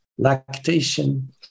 lactation